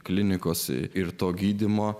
klinikos ir to gydymo